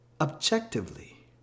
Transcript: objectively